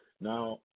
Now